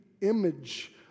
image